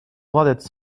droit